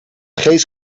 geest